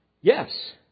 Yes